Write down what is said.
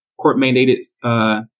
court-mandated